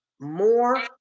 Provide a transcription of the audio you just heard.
more